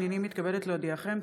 הינני מתכבדת להודיעכם,